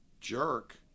jerk